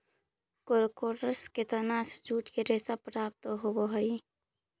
कोरकोरस के तना से जूट के रेशा प्राप्त होवऽ हई